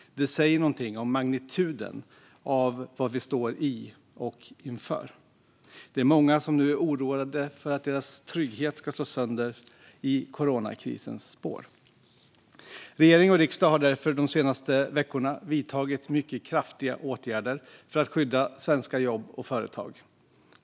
Det säger någonting om magnituden av vad vi står i och inför. Det är många som nu är oroade för att deras trygghet ska slås sönder i coronakrisens spår. Regering och riksdag har därför under de senaste veckorna vidtagit mycket kraftiga åtgärder för att skydda svenska jobb och företag.